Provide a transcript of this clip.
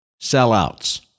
Sellouts